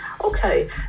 Okay